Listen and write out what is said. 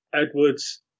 Edwards